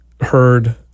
heard